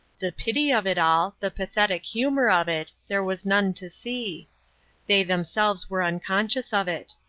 the pity of it all, the pathetic humor of it, there was none to see they themselves were unconscious of it.